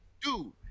dude